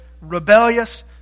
rebellious